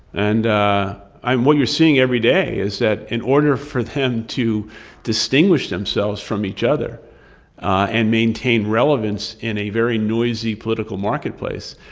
and what you're seeing every day is that in order for them to distinguish themselves from each other and maintain relevance in a very noisy, political marketplace,